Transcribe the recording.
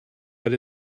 but